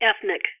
ethnic